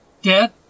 Dad